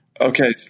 Okay